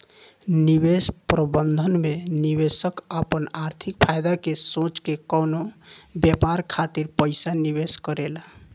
निवेश प्रबंधन में निवेशक आपन आर्थिक फायदा के सोच के कवनो व्यापार खातिर पइसा निवेश करेला